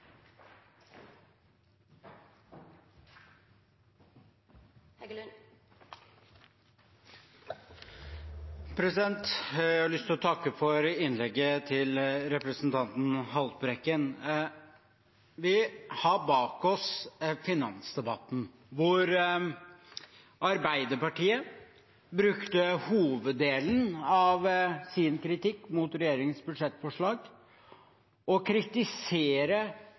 innlegget til representanten Haltbrekken. Vi har bak oss finansdebatten, hvor Arbeiderpartiet brukte hoveddelen av sin kritikk mot regjeringens budsjettforslag til å kritisere